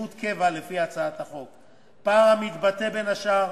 בשירות קבע לפי הצעת החוק, המתבטא, בין השאר,